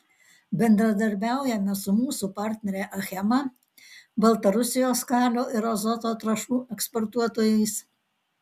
bendradarbiaujame su mūsų partnere achema baltarusijos kalio ir azoto trąšų eksportuotojais